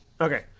Okay